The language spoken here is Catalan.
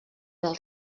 del